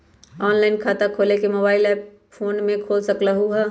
Online खाता खोले के मोबाइल ऐप फोन में भी खोल सकलहु ह?